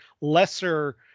lesser